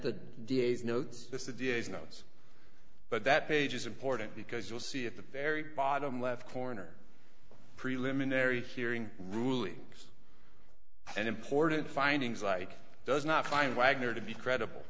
notes but that page is important because you'll see if the very bottom left corner preliminary hearing rulings and important findings like does not find wagner to be credible